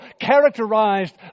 characterized